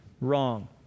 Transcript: wrong